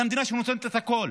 שזו המדינה שנותנת להם את הכול